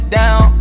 down